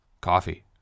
coffee